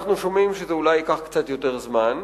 אנחנו שומעים שזה אולי ייקח קצת יותר זמן,